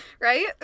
Right